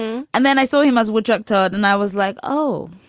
and then i saw him as woodchuck todd. and i was like, oh,